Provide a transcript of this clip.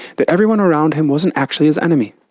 that everyone around him wasn't actually his enemy,